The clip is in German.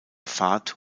fahrt